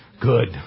Good